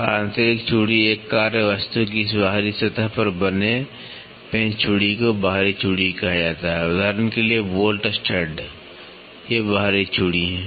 और आंतरिक चूड़ी एक कार्यवस्तु की बाहरी सतह पर बने पेंचचूड़ी को बाहरी चूड़ी कहा जाता है उदाहरण के लिए बोल्ट स्टड ये बाहरी चूड़ी हैं